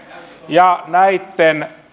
ja näitten